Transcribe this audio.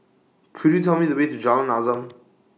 Could YOU Tell Me The Way to Jalan Azam